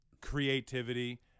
creativity